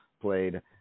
played